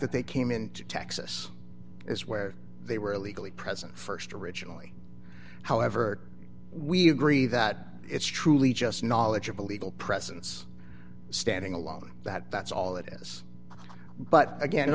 that they came into texas is where they were illegally present st originally however we agree that it's truly just knowledgeable legal presence standing alone that that's all it is but again